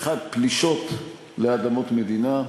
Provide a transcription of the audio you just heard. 1. פלישות לאדמות מדינה,